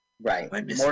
Right